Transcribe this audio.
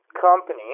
company